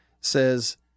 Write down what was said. says